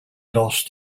lost